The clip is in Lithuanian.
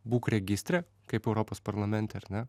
būk registre kaip europos parlamente ar ne